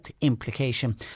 implication